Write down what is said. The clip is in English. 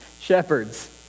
Shepherds